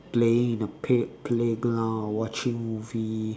playing in the play playground or watching movie